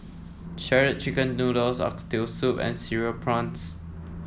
Shredded Chicken Noodles Oxtail Soup and Cereal Prawns